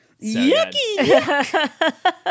yucky